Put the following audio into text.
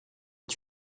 est